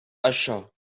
achat